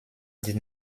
did